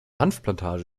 hanfplantage